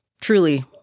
truly